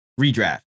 redraft